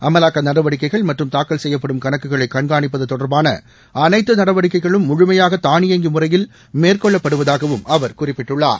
அமலாக்க நடவடிக்கைள் மற்றும் தாக்கல் செய்யப்படும் கணக்குகளை கண்காணிப்பது தொடர்பான அனைத்து நடவடிக்கைகளும் முழுமையாக தாளியங்கி முறையில் மேற்கொள்ளப்படுவதாகவும் அவர் குறிப்பிட்டுள்ளார்